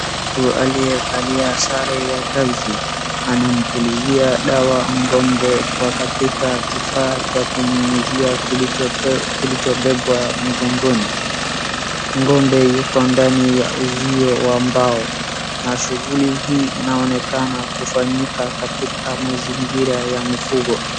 Mtu aliyevalia sare ya kazi anampulizia dawa ang'ombe kwa katika kifaa cha kunyunyizia kilicho bebwa mgongoni. Ng'ombe yuko ndani ya uzio wa mbao na shughuli hii inaonekana kufanyika katika mazingira ya mifugo.